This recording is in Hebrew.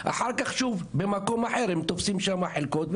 אחר כך שוב הם תופסים חלקות במקום אחר,